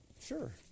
Sure